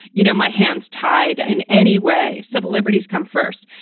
you know, my hands tied in any way. civil liberties come first.